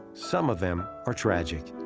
some of them are tragic.